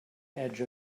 edge